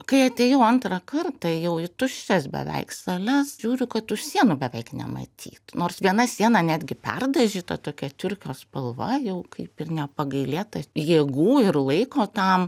kai atėjau antrą kartą jau į tuščias beveik sales žiūriu kad tų sienų beveik nematyt nors viena siena netgi perdažyta tokia turkio spalva jau kaip ir nepagailėta jėgų ir laiko tam